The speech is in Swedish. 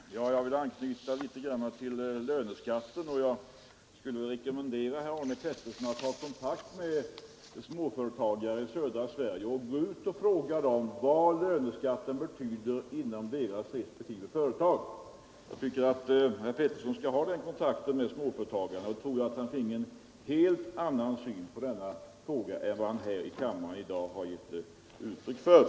Herr talman! Jag vill något anknyta till diskussionen om löneskatten. Jag skulle vilja rekommendera herr Arne Pettersson i Malmö att ta kontakt med småföretagare i södra Sverige och gå ut och fråga dem vad löneskatten betyder inom deras respektive företag. Jag tycker att herr Pettersson skall ha den kontakten med småföretagare. Då tror jag att han fick en helt annan syn på denna fråga än vad han här i kammaren har gett uttryck för.